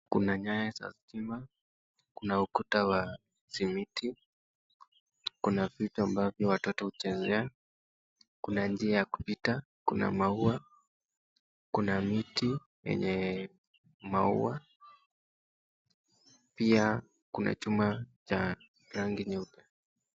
Kuna nyaya za stima, kuna ukuta wa simiti, kuna vitu amabyo watoto huchezea, kuna njia ya kupita kuna maua, kuna miti yenye maua, pia kuna chuma cha rangi nyeupe.